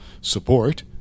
support